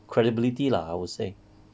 credibility lah I would say